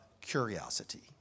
curiosity